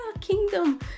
kingdom